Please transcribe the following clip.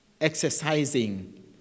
exercising